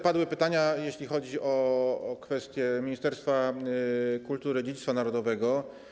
Padły pytania, jeśli chodzi o kwestię Ministerstwa Kultury i Dziedzictwa Narodowego.